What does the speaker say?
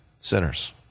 sinners